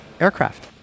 Aircraft